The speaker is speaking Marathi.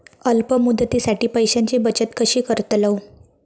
अल्प मुदतीसाठी पैशांची बचत कशी करतलव?